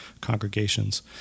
congregations